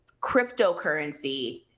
cryptocurrency